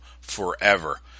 forever